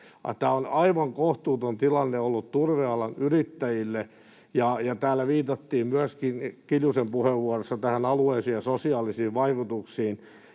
Tämä on aivan kohtuuton tilanne ollut turvealan yrittäjille. Täällä viitattiin myöskin Kiljusen puheenvuorossa alueellisiin ja sosiaalisiin vaikutuksiin,